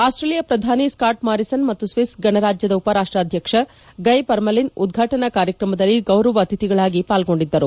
Australia ಪ್ರಧಾನಿ Scott Morrison ಮತ್ತು Swiss ಗಣರಾಜ್ಯದ ಉಪರಾಷ್ಟಾಧ್ಯಕ್ಷ ಗೈ ಪರ್ಮೆಲಿನ್ ಉದ್ಘಾಟನಾ ಕಾರ್ಯಕ್ರಮದಲ್ಲಿ ಗೌರವ ಅತಿಥಿಗಳಾಗಿ ಪಾಲ್ಗೊಂಡಿದ್ದರು